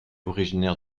originaire